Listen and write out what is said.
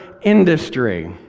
industry